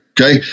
Okay